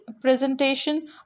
presentation